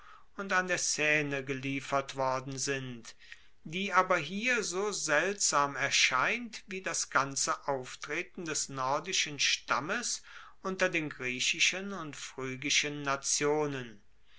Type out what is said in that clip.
und an der seine geliefert worden sind die aber hier so seltsam erscheint wie das ganze auftreten des nordischen stammes unter den griechischen und phrygischen nationen